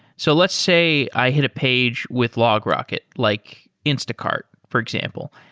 so let's say i hit a page with logrocket like instacart, for example.